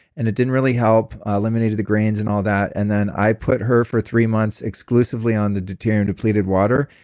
and it didn't really help. eliminated the grains and all that, and then i put her, for three months, exclusively on the deuterium-depleted water,